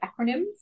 acronyms